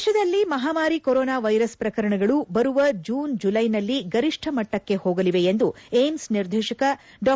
ದೇಶದಲ್ಲಿ ಮಹಾಮಾರಿ corona virus ಪ್ರಕರಣಗಳು ಬರುವ ಜೂನ್ ಜುಲೈನಲ್ಲಿ ಗರಿಷ್ಣ ಮಟ್ಚಕ್ಕೆ ಹೋಗಲಿದೆ ಎಂದು ಏಮ್ಸ್ ನಿರ್ದೇಶಕ ಡಾ